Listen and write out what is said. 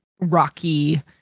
rocky